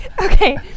Okay